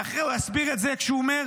ואחרי הוא הסביר את זה, כשהוא אומר: